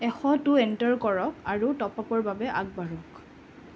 এশটো enter কৰক আৰু top আপৰ বাবে আগবাঢ়ক